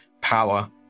power